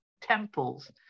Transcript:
temples